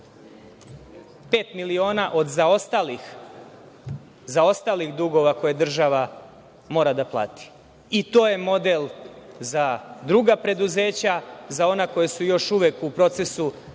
miliona od zaostalih dugova koje država mora da plati. I to je model za druga preduzeća, za ona koja su još uvek u procesu